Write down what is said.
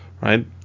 right